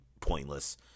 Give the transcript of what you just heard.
pointless